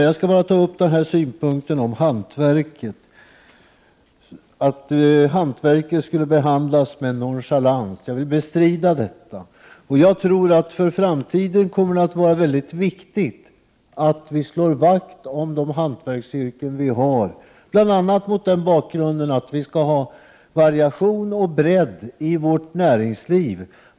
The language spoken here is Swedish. Jag skall ta upp den synpunkt Gudrun Norberg hade om att hantverket behandlas med nonchalans. Jag vill bestrida detta, och jag tror att det är mycket viktigt att vi inför framtiden slår vakt om de hantverksyrken vi har. Vi skall ha variation och bredd inom vårt näringsliv.